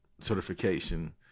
certification